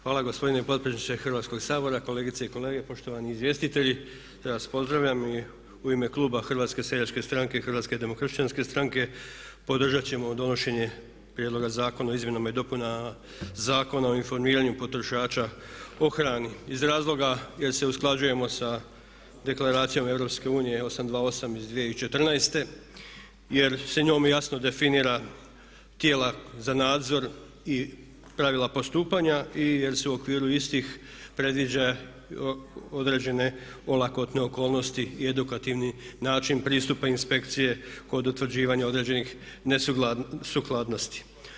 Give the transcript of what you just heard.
Hvala gospodine potpredsjedniče Hrvatskog sabora, kolegice i kolege, poštovani izvjestitelji sve vas pozdravljam i u ime kluba Hrvatske seljačke stranke i Hrvatske demokršćanske stranke podržat ćemo donošenje prijedloga Zakona o izmjenama i dopunama Zakona o informiranju potrošača o hrani iz razloga jer se usklađujemo sa deklaracijama EU 828/2014. jer se njome jasno definira tijela za nadzor i pravila postupanja i jer se u okviru istih predviđa određene olakotne okolnosti i edukativni način pristupa inspekcije kod utvrđivanja određenih nesukladnosti.